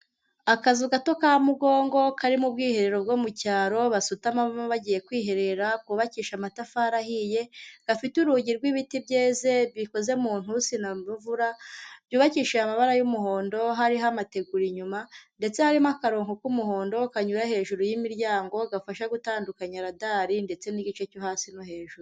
Akazu gato ka mugongo, kari mu bwiherero bwo mu cyaro, basutamamo bagiye kwiherera, kubakishije amatafari ahiye, gafite urugi rw'ibiti byeze, bikoze mu nturusi na Muvura, byubakishije amabara y'umuhondo, hariho amategura inyuma ndetse harimo akarongo k'umuhondo kanyura hejuru y'imiryango, gafashe gutandukanya radari, ndetse n'igice cyo hasi no hejuru.